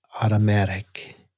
automatic